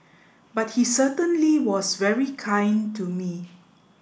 but he certainly was very kind to me